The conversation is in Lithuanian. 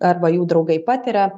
arba jų draugai patiria